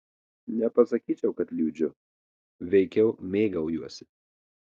nepasakyčiau kad liūdžiu veikiau mėgaujuosi